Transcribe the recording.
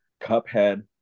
Cuphead